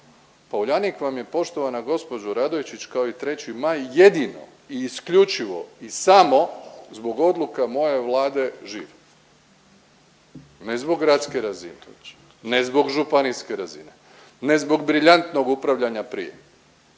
pa Uljanik vam je poštovana gospođo Radojčić kao i 3. maj jedino i isključivo i samo zbog odluka moje Vlade živ, ne zbog gradske razine, ne zbog županijske razine, ne zbog briljantnog upravljanja prije.